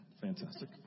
fantastic